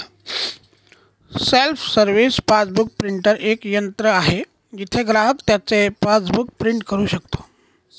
self service passbook printer एक यंत्र आहे जिथे ग्राहक त्याचे पासबुक प्रिंट करू शकतो